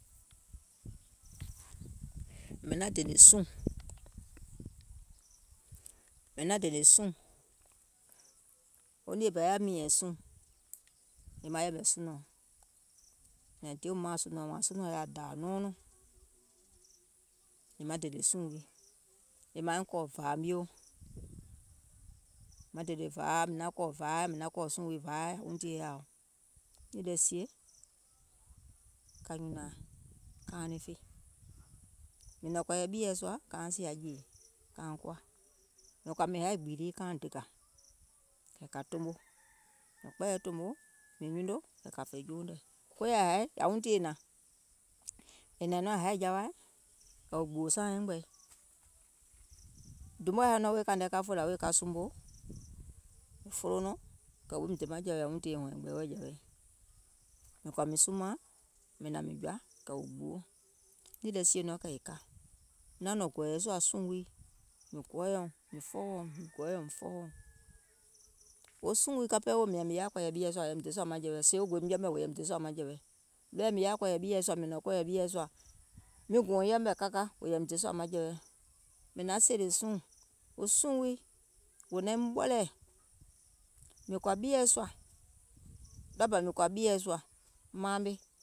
Mìŋ naŋ dènè suùŋ, mìŋ naŋ dènè suùŋ, wo nìe bȧ yaȧ mììnyɛ̀ŋ suùŋ, maŋ yɛ̀mɛ̀ sunɔ̀ɔŋ, mìȧŋ diè maȧŋ sunɔ̀ɔŋ, wààŋ sunɔ̀ɔŋ yaȧ dȧȧ nɔɔnɔŋ, yèè maŋ dènè suùŋ wii yèè mauŋ kɔ̀ɔ̀ vȧa mio, maŋ kɔ̀ɔ̀ suùŋ wii vȧaì yȧ wuŋ tìyèe yaȧa, nìì lɛ sie ka nyùnȧŋ kauŋ niŋ fè, mìŋ nɔ̀ŋ kɔ̀ɔ̀yɛ̀ ɓieɛ̀ sùȧ kauŋ sìà jèì kauŋ koȧ, mìŋ kɔ̀ȧ mìŋ haì gbììlìi kauŋ dèkȧ, kà kà toomo, mìŋ kpɛɛyɛ̀ tòmo mìŋ nyuno kɛ̀ kȧ fè jouŋ nɛ̀, e koya haì yà wuŋ tìyèe hnȧŋ, è hnȧŋ nɔŋ haì jawaì kɛ̀ wò gbùwò saaŋ yɛmgbɛ̀i, dùùm mɔɛ haì nɔŋ kȧìŋ nɛ wèè ka fòlȧ ka sumòò, mìŋ folo nɔŋ kɛ̀ wòim dè maŋjɛ̀wɛ è kȧ gbɛɛwɛ̀i, mìŋ kɔ̀ȧ mìŋ sumȧȧŋ mìŋ hnȧŋ mìŋ jɔ̀ȧ, kɛ̀ wò gbuwo, nìì lɛ sie nɔŋ kɛ̀ è ka, mìŋ naŋ nɔ̀ŋ gɔ̀ɔ̀yɛ̀ sùȧ suùŋ wii, mìŋ gɔɔyɛ̀uŋ, mìŋ fɔɔwɔ̀uŋ, mìŋ gɔɔyɛ̀uŋ mìŋ fɔɔwɔ̀uŋ, wo suùŋ wii ka pɛɛ woò mìȧŋ mìŋ yaȧ kɔ̀ɔ̀yɛ̀ ɓieɛ̀ sùȧ wò yȧìm dè sùȧ manjɛ̀wɛ, sèè wo gòim yɛmɛ̀ wò yȧìm dè sùȧ maŋjɛ̀wɛ, ɗɔɔɛ̀ mìŋ yaȧ kɔ̀ɔ̀yɛ̀ ɓieɛ̀ sùȧ, mìŋ nɔ̀ŋ kɔ̀ɔ̀yɛ̀ ɓieɛ̀ mìŋ gouŋ yɛmɛ̀ ka ka, wò yȧìm dè sùȧ maŋjɛ̀wɛ, mìŋ naŋ sèèlè suùŋ, wo suùŋ wii wò naim ɓɔlɛ̀ɛ̀, mìŋ kɔ̀ȧ ɓieɛ̀ sùȧ, ɗɔɔ bȧ mìŋ kɔ̀ȧ ɓieɛ̀ sùȧ maame